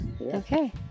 Okay